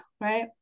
right